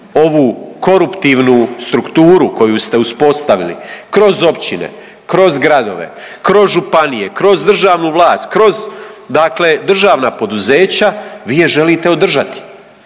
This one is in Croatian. ovu koruptivnu strukturu koju ste uspostavili kroz općine, kroz gradove, kroz županije, kroz državnu vlast, kroz državna poduzeća vi je želite održati.